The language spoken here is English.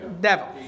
Devil